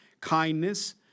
kindness